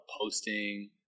posting